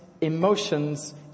emotions